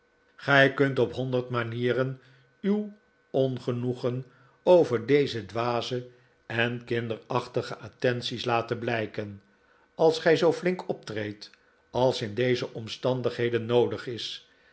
gij kunt op honderd manieren uw ongenoegen over deze dwaze en kinderachtige attenties laten blijken als gij zoo flink optreedt als in deze omstandigheden noodig is